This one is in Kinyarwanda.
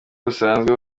busanzwe